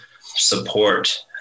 support